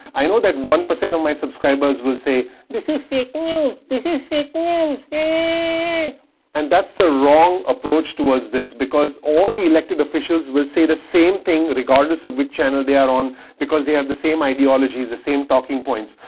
i know that one percent of my subscribers will say this is fake news, this is fake news and that's the wrong approach towards this because all the elected officials will say the same thing regardless of which channel they are on because they have the same ideologies the same talking points.